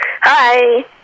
Hi